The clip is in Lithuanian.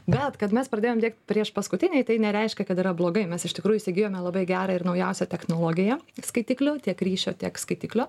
bet kad mes pradėjom diegti priešpaskutiniai tai nereiškia kad yra blogai mes iš tikrųjų įsigijome labai gerą ir naujausią technologiją skaitiklio tiek ryšio tiek skaitiklio